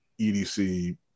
EDC